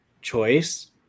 choice